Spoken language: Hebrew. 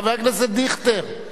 חבר הכנסת דיכטר.